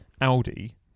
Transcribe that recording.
Audi